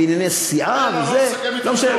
בענייני סיעה וזה, לא משנה.